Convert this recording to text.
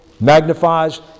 Magnifies